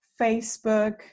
Facebook